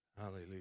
Hallelujah